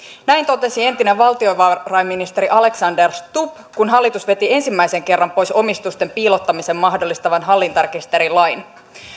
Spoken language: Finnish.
näin totesi entinen valtiovarainministeri alexander stubb kun hallitus veti ensimmäisen kerran pois omistusten piilottamisen mahdollistavan hallintarekisterilain